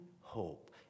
hope